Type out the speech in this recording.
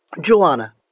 Joanna